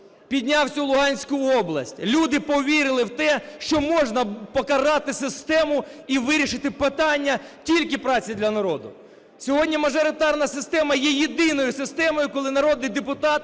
Підняв всю Луганську область Люди повірили в те, що можна покарати систему і вирішити питання тільки працею для народу. Сьогодні мажоритарна система є єдиною системою, коли народний депутат